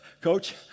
Coach